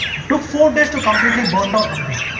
it took four days to completely burn down hampi.